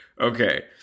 okay